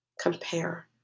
compare